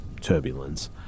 turbulence